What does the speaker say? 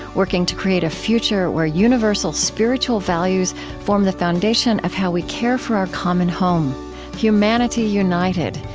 working to create a future where universal spiritual values form the foundation of how we care for our common home humanity united,